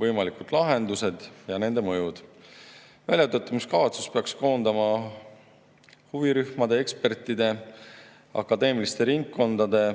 võimalikud lahendused ja nende mõjud. Väljatöötamiskavatsus peaks koondama huvirühmade, ekspertide, akadeemiliste ringkondade